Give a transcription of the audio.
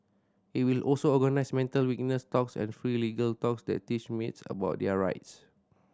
it will also organise mental wellness talks and free legal talks that teach maids about their rights